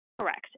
Correct